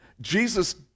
Jesus